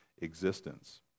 existence